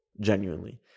genuinely